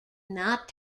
not